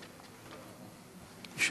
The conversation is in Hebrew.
חבר הכנסת חנין.